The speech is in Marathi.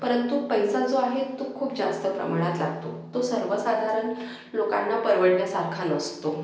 परंतु पैसा जो आहे तो खूप जास्त प्रमाणात लागतो तो सर्वसाधारण लोकांना परवडण्यासारखा नसतो